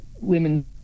women